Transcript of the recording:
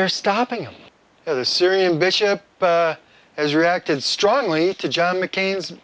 they're stopping the syrian bishop has reacted strongly to john mccain's